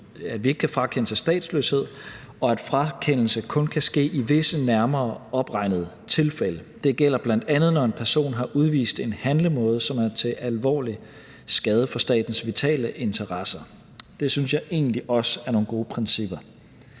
at vi ikke kan frakende til statsløshed, og at frakendelse kun kan ske i visse nærmere opregnede tilfælde. Det gælder bl.a., når en person har udvist en handlemåde, som er til alvorlig skade for statens vitale interesser. Det synes jeg egentlig også er nogle gode principper.